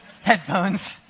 Headphones